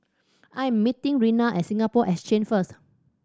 I'm meeting Reina at Singapore Exchange first